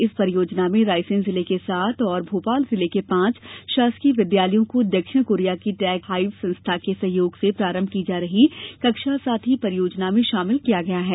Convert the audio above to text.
इस परियोजना में रायसेन जिले के सात और भोपाल जिले के पांच शासकीय विद्यालयों को दक्षिण कोरिया की टेग हाइव संस्था के सहयोग से प्रारंभ की जा रही कक्षा साथी परियोजना में शामिल किया गया है